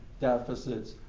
deficits